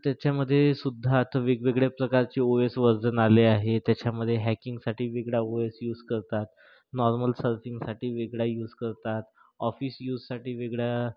त्याच्यामध्ये सुद्धा आता वेगवेगळ्या प्रकारचे ओ एस व्हर्जन आले आहे त्याच्यामध्ये हॅकिंगसाठी वेगळा ओ एस यूज करतात नॉर्मल सर्फिंगसाठी वेगळा यूज करतात ऑफिस यूजसाठी वेगळा